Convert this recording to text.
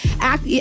act